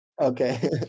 okay